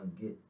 get